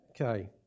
Okay